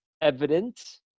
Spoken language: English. evidence